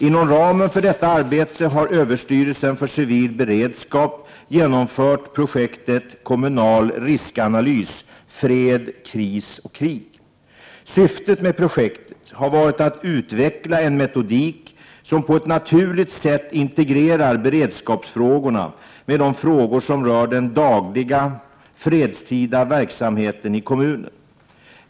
Inom ramen för detta arbete har överstyrelsen för civil beredskap genomfört projektet Kommunal riskanalys fred-kris-krig. Syftet med projektet har varit att utveckla en metodik som på ett naturligt sätt integrerar beredskapsfrågorna med de frågor som rör den dagliga, fredstida verksamheten i kommunen.